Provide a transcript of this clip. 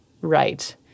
right